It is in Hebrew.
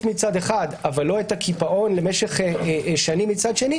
מצד אחד אבל לא את הקיפאון למשך שנים מצד שני.